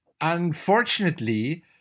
unfortunately